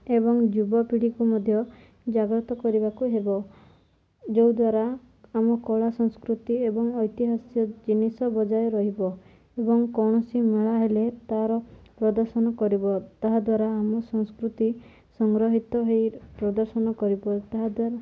ଏବଂ ଯୁବପିଢ଼ିକୁ ମଧ୍ୟ ଜାଗ୍ରତ କରିବାକୁ ହେବ ଯେଉଁଦ୍ୱାରା ଆମ କଳା ସଂସ୍କୃତି ଏବଂ ଐତିହାସିକ ଜିନିଷ ବଜାୟ ରହିବ ଏବଂ କୌଣସି ମେଳା ହେଲେ ତାର ପ୍ରଦର୍ଶନ କରିବ ତାହାଦ୍ୱାରା ଆମ ସଂସ୍କୃତି ସଂଗ୍ରହିତ ହେଇ ପ୍ରଦର୍ଶନ କରିବ ତାହାଦ୍ୱାରା